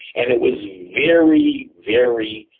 and it was very, very,